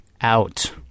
out